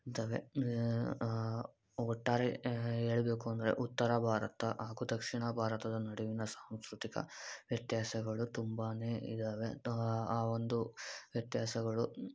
ತ್ತವೆ ಒಟ್ಟಾರೆ ಹೇಳಬೇಕು ಅಂದರೆ ಉತ್ತರ ಭಾರತ ಹಾಗೂ ದಕ್ಷಿಣ ಭಾರತದ ನಡುವಿನ ಸಾಂಸ್ಕೃತಿಕ ವ್ಯತ್ಯಾಸಗಳು ತುಂಬ ಇದ್ದಾವೆ ಆ ಒಂದು ವ್ಯತ್ಯಾಸಗಳು